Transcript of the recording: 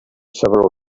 several